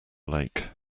lake